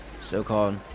so-called